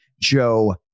Joe